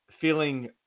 feeling